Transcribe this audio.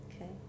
Okay